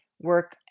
work